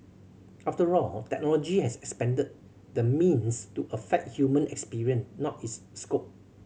after all technology has expanded the means to affect human experience not its scope